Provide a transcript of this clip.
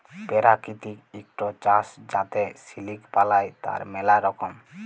পেরাকিতিক ইকট চাস যাতে সিলিক বালাই, তার ম্যালা রকম